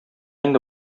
инде